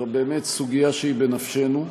זו באמת סוגיה שהיא בנפשנו.